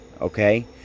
okay